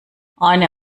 eine